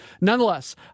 Nonetheless